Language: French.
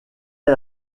est